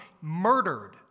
murdered